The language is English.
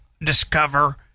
discover